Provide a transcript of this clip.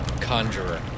conjurer